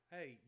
Hey